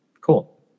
Cool